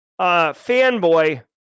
fanboy